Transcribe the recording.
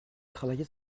travaillez